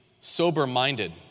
sober-minded